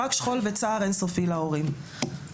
רק שכול וצער אינסופי להורים.